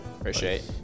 Appreciate